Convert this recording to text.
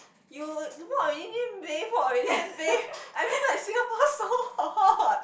you walk already bathe walk already then bathe I mean like Singapore so hot